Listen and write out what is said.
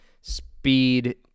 Speed